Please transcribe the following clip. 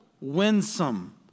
winsome